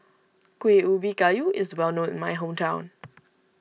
Kuih Ubi Kayu is well known in my hometown